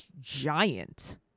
giant